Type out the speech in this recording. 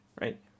Right